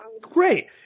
Great